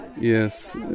Yes